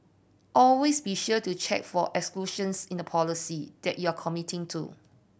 always be sure to check for exclusions in the policy that you are committing to